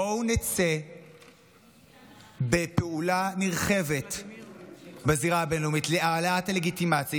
בואו נצא בפעולה נרחבת בזירה הבין-לאומית להעלאת הלגיטימציה.